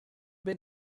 been